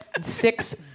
Six